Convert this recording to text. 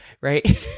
right